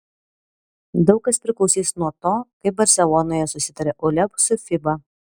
daug kas priklausys nuo to kaip barselonoje susitarė uleb su fiba